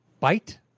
bite